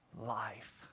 Life